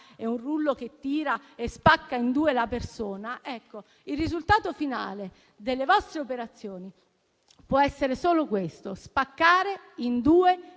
e un rullo che tira e spacca in due la persona. Ecco, il risultato finale delle vostre operazioni può essere solo questo: spaccare in due